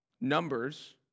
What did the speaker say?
Numbers